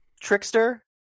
trickster